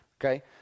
Okay